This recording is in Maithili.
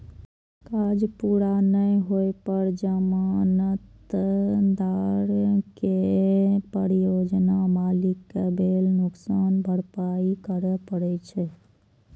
काज पूरा नै होइ पर जमानतदार कें परियोजना मालिक कें भेल नुकसानक भरपाइ करय पड़ै छै